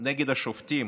נגד השופטים,